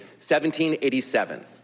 1787